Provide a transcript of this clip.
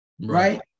right